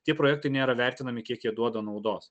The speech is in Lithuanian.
tie projektai nėra vertinami kiek jie duoda naudos